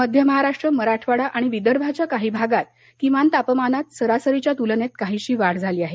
मध्य महाराष्ट्र मराठवाडा आणि विदर्भाच्या काही भागात किमान तापमानात सरासरीच्या तुलनेत काहीशी वाढ झाली आहे